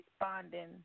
responding